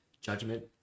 judgment